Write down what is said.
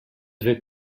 vais